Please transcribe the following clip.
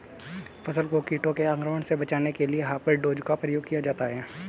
फसल को कीटों के आक्रमण से बचाने के लिए हॉपर डोजर का प्रयोग किया जाता है